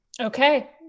Okay